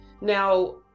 Now